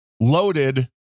loaded